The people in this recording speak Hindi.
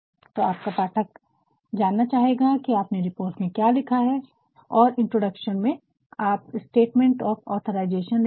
तो आपका पाठक जानना चाहेगा कि आपने रिपोर्ट में क्या किया है और इंट्रोडक्शन में आप स्टेटमेंट ऑफ ऑथराइजेशन लिखते हैं